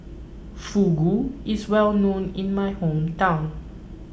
Fugu is well known in my hometown